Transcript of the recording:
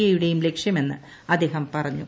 എയുടെ ലക്ഷ്യമെന്ന് അദ്ദേഹം പറഞ്ഞു